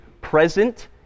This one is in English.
present